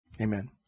Amen